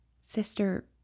Sister